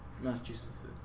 Massachusetts